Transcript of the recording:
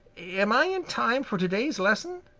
am i in time for to-day's lesson?